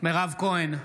מירב כהן,